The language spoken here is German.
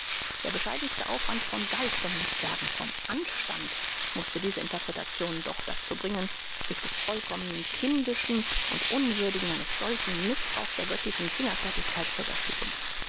der bescheidenste aufwand von geist um nicht zu sagen von anstand mußte diese interpreten doch dazu bringen sich des vollkommen kindischen und unwürdigen eines solchen mißbrauchs der göttlichen fingerfertigkeit zu überführen